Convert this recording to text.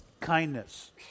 kindness